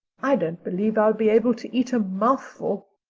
i don't believe i'll be able to eat a mouthful,